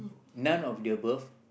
none of the above